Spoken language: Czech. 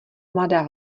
mladá